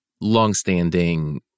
longstanding